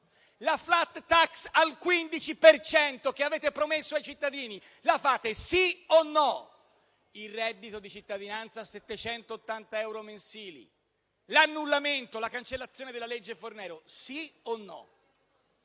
La *flat tax* al 15 per cento che avete promesso ai cittadini: la fate, sì o no? Il reddito di cittadinanza a 780 euro mensili e l'annullamento e la cancellazione della legge Fornero: sì o no?